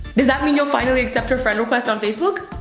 does that mean you'll finally accept her friend request on facebook?